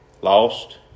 Lost